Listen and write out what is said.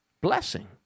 blessing